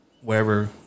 wherever